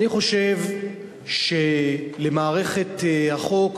אני חושב שלמערכת החוק,